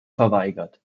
verweigert